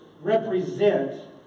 represent